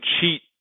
cheat